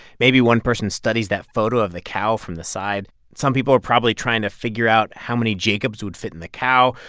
maybe one person studies that photo of the cow from the side. some people are probably trying to figure out how many jacobs would fit in the cow.